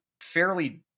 fairly